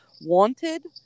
Wanted